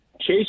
Chase